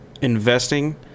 investing